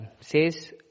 says